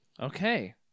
Okay